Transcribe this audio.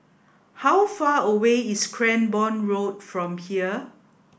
how far away is Cranborne Road from here